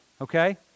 okay